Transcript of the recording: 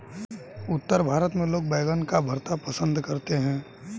उत्तर भारत में लोग बैंगन का भरता पंसद करते हैं